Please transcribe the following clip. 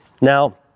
Now